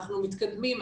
אנחנו מתקדמים,